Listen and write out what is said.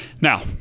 Now